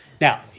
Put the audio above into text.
Now